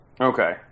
okay